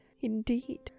Indeed